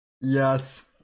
Yes